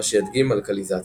מה שידגים אלקליזציה.